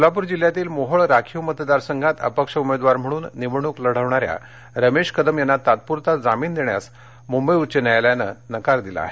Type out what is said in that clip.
सोलापर जिल्ह्यातील मोहोळ राखीव मतदारसंघात अपक्ष उमेदवार म्हणून निवडणूक लढणाऱ्या रमेश कदम यांना तात्पूरता जामीन देण्यास मुंबई उच्च न्यायालयानं नकार दिला आहे